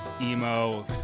emo